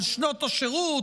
על שנות השירות,